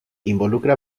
involucra